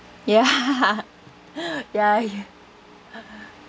ya ya